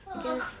ah